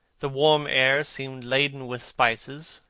the warm air seemed laden with spices.